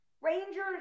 Rangers